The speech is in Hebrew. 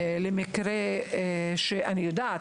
אני יודעת,